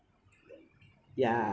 yeah